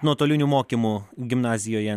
nuotoliniu mokymu gimnazijoje